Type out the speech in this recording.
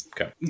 Okay